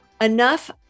enough